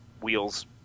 wheels